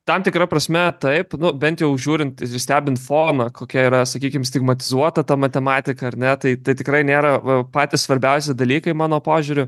tam tikra prasme taip nu bent jau žiūrint ir stebint foną kokia yra sakykim stigmatizuota ta matematika ar ne tai tai tikrai nėra patys svarbiausi dalykai mano požiūriu